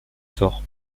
sort